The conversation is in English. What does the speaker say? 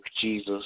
Jesus